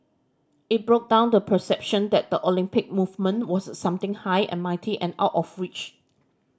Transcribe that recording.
it broke down the perception that the Olympic movement was something high and mighty and out of reach